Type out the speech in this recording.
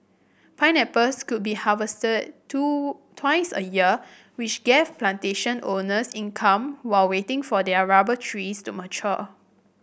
pineapples could be harvested two twice a year which gave plantation owners income while waiting for their rubber trees to mature